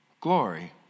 glory